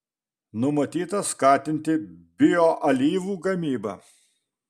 numatyta skatinti bioalyvų gamybą